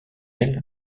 elle